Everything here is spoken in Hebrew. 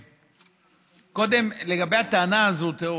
קודם לגבי הטענה הזאת.